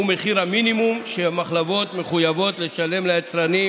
שהוא מחיר המינימום שהמחלבות מחויבות לשלם ליצרנים,